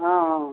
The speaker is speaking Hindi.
हाँ हाँ